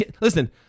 Listen